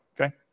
okay